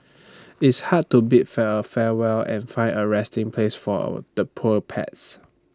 it's hard to bid fare farewell and find A resting place for our the poor pets